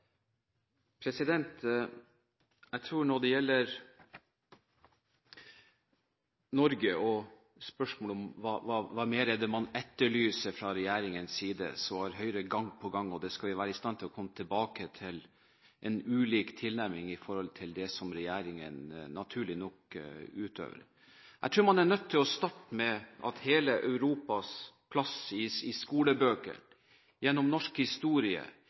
man etterlyser fra regjeringens side, har Høyre gang på gang – og det skal vi være i stand til å komme tilbake til – hatt en ulik tilnærming til det som regjeringen, naturlig nok, utøver. Jeg tror man er nødt til å starte med at hele Europas plass i skolebøker, gjennom norsk historie,